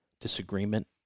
disagreement